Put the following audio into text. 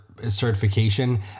certification